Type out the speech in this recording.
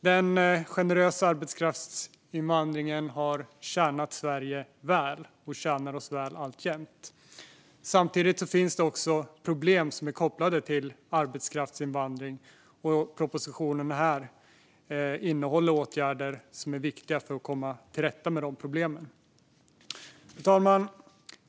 Den generösa arbetskraftsinvandringen har tjänat Sverige väl, och den tjänar oss väl alltjämt. Samtidigt finns det problem som är kopplade till arbetskraftsinvandring. Propositionen innehåller åtgärder som är viktiga för att komma till rätta med dem. Fru talman!